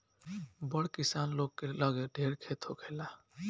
बड़ किसान लोग के लगे ढेर खेत होखेला